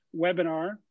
webinar